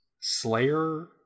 Slayer